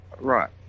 Right